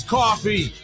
coffee